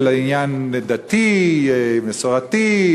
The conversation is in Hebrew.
אלא עניין דתי מסורתי,